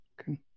Okay